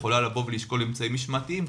יכולה לשקול אמצעים משמעתיים,